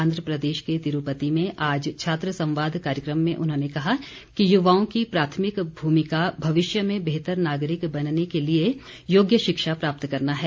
आंध्रप्रदेश के तिरूपति में आज छात्र संवाद कार्यक्रम में उन्होंने कहा कि युवाओं की प्राथमिक भूमिका भविष्य में बेहतर नागरिक बनने के लिए योग्य शिक्षा प्राप्त करना है